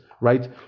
right